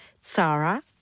Sarah